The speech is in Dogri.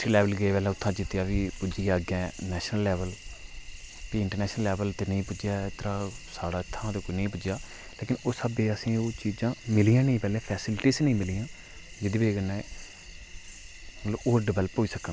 डिस्टिक लैवल गे प्ही उत्थां जित्ते ते फ्ही पुज्जियै अग्गैं नैशनल लैवल फ्ही इन्टरनैशनल लैवल ते नेईं पुज्जेआ इद्धरा साढ़ा इत्थां ते नेईं कोई पुज्जेआ लेकिन उस स्हाबें असें ओह् चीजां मिलियां नी पैह्लैं फैसलिटी नी मिलियां जेह्दी बजह् कन्नै मतलव ओह् डवैल्प होई सकन